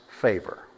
favor